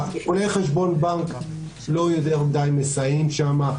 עיקולי חשבון הבנק לא יותר מדי מסייעים שם,